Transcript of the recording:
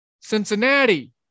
Cincinnati